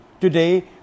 Today